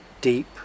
deep